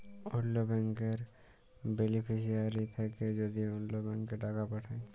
অল্য ব্যাংকের বেলিফিশিয়ারি থ্যাকে যদি অল্য ব্যাংকে টাকা পাঠায়